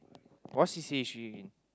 what C_C_A is she in